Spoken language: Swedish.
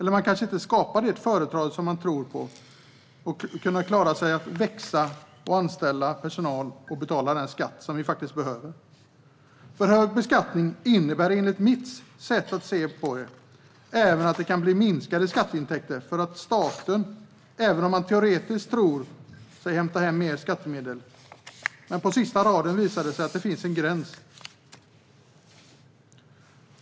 De kanske inte skapar det företag de tror skulle kunna klara att växa, anställa personal och betala den skatt vi faktiskt behöver. Hög beskattning innebär enligt mitt sätt att se på detta även att det kan bli minskade skatteintäkter. Även om staten teoretiskt tror sig hämta hem mer skattemedel visar det sig på sista raden finnas en gräns.